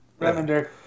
Remender